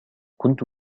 كنت